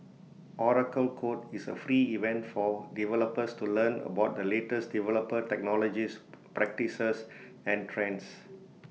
Oracle code is A free event for developers to learn about the latest developer technologies practices and trends